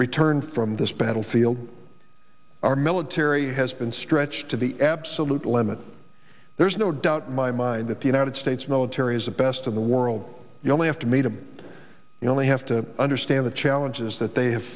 returned from this battlefield our military has been stretched to the absolute limit there's no doubt in my mind that the united states military is the best in the world you only have to meet a you only have to understand the challenges that they have